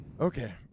Okay